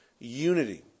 unity